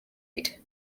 state